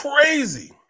crazy